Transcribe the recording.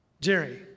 Jerry